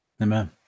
Amen